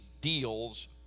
deals